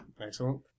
Excellent